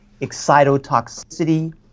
excitotoxicity